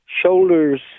shoulders